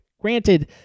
granted